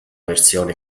versione